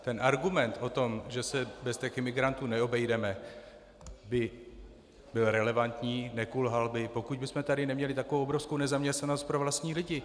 Ten argument o tom, že se bez imigrantů neobejdeme, by byl relevantní, nekulhal by, pokud bychom tady neměli takovou obrovskou nezaměstnanost pro vlastní lidi.